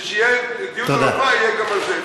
וכשיהיה דיון על עפרה יהיה גם על זה.